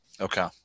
Okay